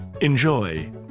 enjoy